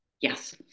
Yes